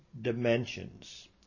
dimensions